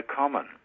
common